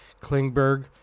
Klingberg